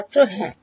ছাত্র হ্যাঁ